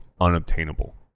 unobtainable